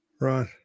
Right